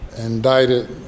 indicted